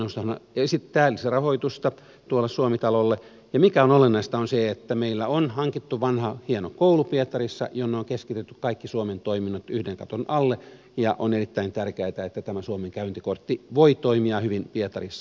valtioneuvostohan esittää lisärahoitusta tuolle suomi talolle ja se mikä on olennaista on se että meille on hankittu vanha hieno koulu pietarista jonne on keskitetty kaikki suomen toiminnat yhden katon alle ja on erittäin tärkeätä että tämä suomen käyntikortti voi toimia hyvin pietarissa